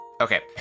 Okay